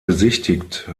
besichtigt